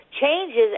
changes